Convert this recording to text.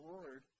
Lord